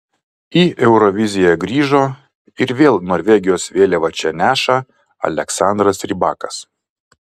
į euroviziją grįžo ir vėl norvegijos vėliavą čia neša aleksandras rybakas